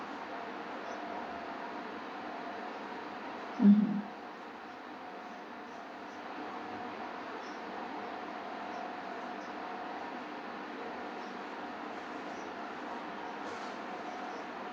mmhmm